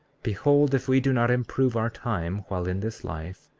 behold, if we do not improve our time while in this life,